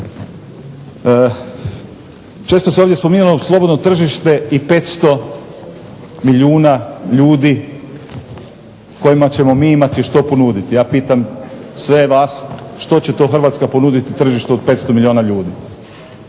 Često ovdje spominjalo slobodno tržište i 500 milijuna ljudi kojima ćemo mi imati što ponuditi. Ja pitam sve vas što će to Hrvatska ponuditi tržištu od 500 milijuna ljudi?